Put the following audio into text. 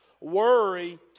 Worry